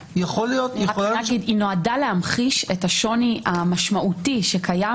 היא נועדה להמחיש את השוני המשמעותי שקיים